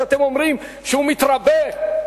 שאתם אומרים שהוא מתרבה.